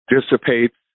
dissipates